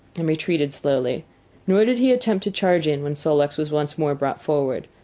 and retreated slowly nor did he attempt to charge in when sol-leks was once more brought forward.